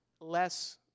less